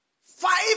Five